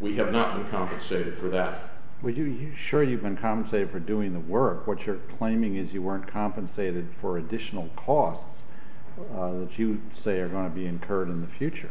we have not been compensated for that we do you sure you can compensate for doing the work what you're claiming is you weren't compensated for additional costs which you say are going to be incurred in the future